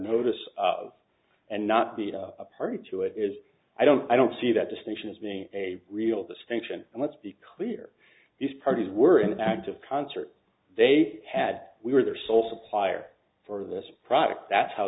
notice of and not be a party to it is i don't i don't see that distinction as being a real distinction and let's be clear these parties were in active concert they had we were their sole supplier for this product that's how